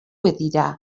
dira